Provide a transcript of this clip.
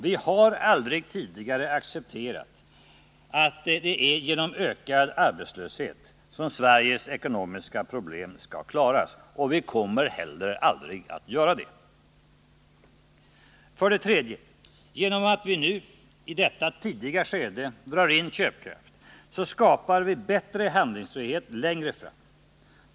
Vi har aldrig tidigare accepterat att det är genom ökad arbetslöshet som Sveriges ekonomiska problem skall klaras, och vi kommer heller aldrig att göra det. För det tredje: Genom att vi nu i detta tidiga skede drar in köpkraft skapar vi bättre handlingsfrihet längre fram.